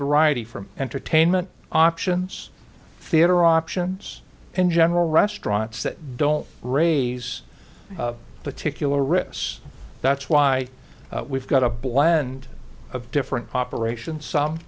variety from entertainment options theater options in general restaurants that don't raise particular risks that's why we've got a blend of different operations some